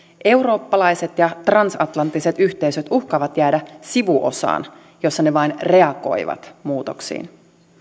eurooppalaiset ja transatlanttiset yhteisöt uhkaavat jäädä sivuosaan jossa ne vain reagoivat muutoksiin